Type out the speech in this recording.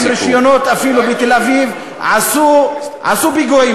עם רישיונות, אפילו בתל-אביב, עשו פיגועים.